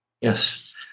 Yes